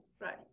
right